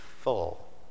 full